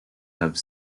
have